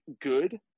good